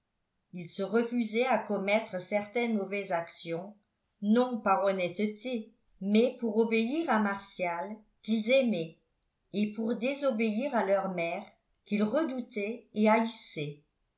ils se refusaient à commettre certaines mauvaises actions non par honnêteté mais pour obéir à martial qu'ils aimaient et pour désobéir à leur mère qu'ils redoutaient